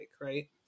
right